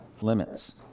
limits